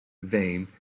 vain